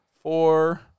Four